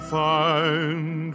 find